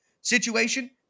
situation